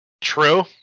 true